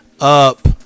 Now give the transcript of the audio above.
up